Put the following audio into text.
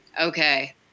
okay